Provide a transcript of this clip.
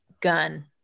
gun